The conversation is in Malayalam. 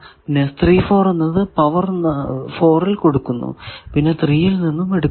പിന്നെ എന്നത് പവർ 4 ൽ കൊടുക്കുന്നു പിന്നെ 3 ൽ നിന്നും എടുക്കുന്നു